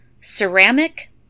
ceramic